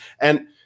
And-